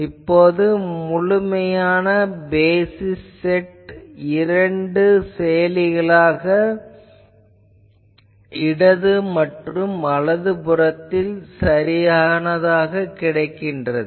இப்போது முழுமையான basis set இரண்டு செயலிகளாக இடது மற்றும் வலது பக்கத்தில் சரியானதாகக் கிடைக்கிறது